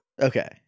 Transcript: Okay